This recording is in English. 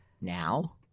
now